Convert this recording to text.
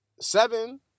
seven